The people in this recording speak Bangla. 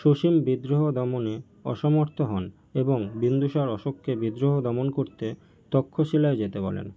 সুসীম বিদ্রোহ দমনে অসমর্থ হন এবং বিন্দুসার অশোককে বিদ্রোহ দমন করতে তক্ষশিলায় যেতে বলেন